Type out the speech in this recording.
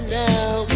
now